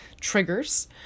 triggers